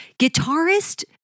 Guitarist